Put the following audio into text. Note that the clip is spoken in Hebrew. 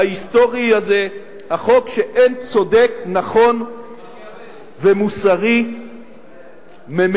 ההיסטורי הזה, החוק שאין צודק, נכון ומוסרי ממנו,